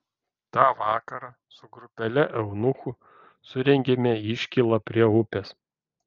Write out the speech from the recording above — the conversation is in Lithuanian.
tą vakarą su grupele eunuchų surengėme iškylą prie upės